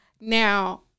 Now